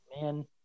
man